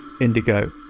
indigo